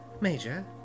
major